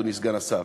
אדוני סגן השר.